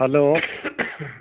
hello